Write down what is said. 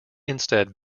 instead